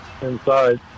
inside